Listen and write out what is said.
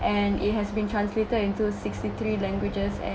and it has been translated into sixty three languages and